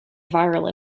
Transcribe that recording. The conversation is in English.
viral